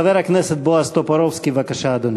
חבר הכנסת בועז טופורובסקי, בבקשה, אדוני.